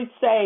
say